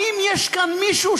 האם יש כאן מישהו,